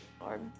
Lord